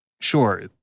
Sure